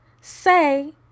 say